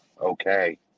Okay